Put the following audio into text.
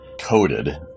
coated